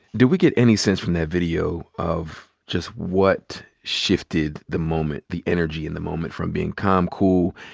do we get any sense from that video of just what shifted the moment, the energy in the moment from being calm, cool?